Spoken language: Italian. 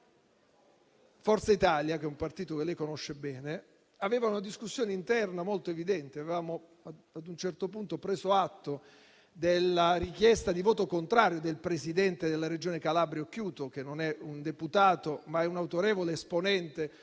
Forza Italia, che è un partito che lei conosce bene, aveva una discussione interna molto evidente. Avevamo ad un certo punto preso atto della richiesta di voto contrario del presidente della Regione Calabria, Occhiuto, che non è un deputato, ma è un autorevole esponente